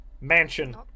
mansion